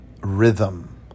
rhythm